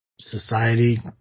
society